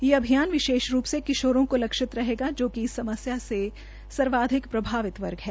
यह अभियान विशेष रूप से किशोरों को लक्षित रहेगा जोकि इस समस्या से सबसे अधिक प्रभावित वर्ग है